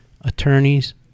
attorneys